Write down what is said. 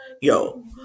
Yo